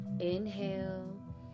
inhale